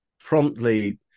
promptly